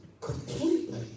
completely